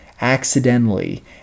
accidentally